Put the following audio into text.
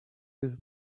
you